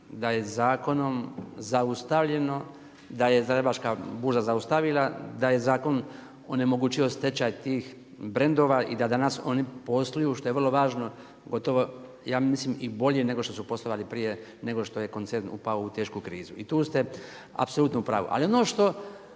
da je zakonom zaustavljeno, da je Zagrebačka burza zaustavila, da je zakon onemogućio stečaj tih brandova i da danas oni posluju, što je vrlo važno, gotovo, ja mislim i bolje nego što su poslovali prije, nego što je koncern upao u tešku krizu i tu ste apsolutno u pravu. Ali, ono što